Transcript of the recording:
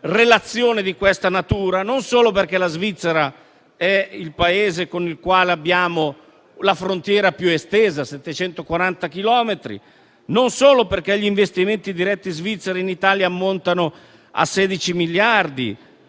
relazione di questa natura, non solo perché la Svizzera è il Paese con il quale abbiamo la frontiera più estesa (740 chilometri), non solo perché gli investimenti svizzeri in Italia ammontano a 16 miliardi,